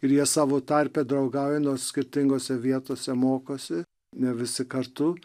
ir jie savo tarpe draugauja nors skirtingose vietose mokosi ne visi kartu